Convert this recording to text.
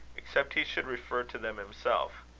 except he should refer to them himself.